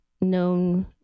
known